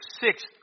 sixth